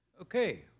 Okay